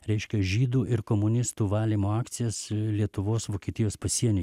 reiškia žydų ir komunistų valymo akcijas lietuvos vokietijos pasienyje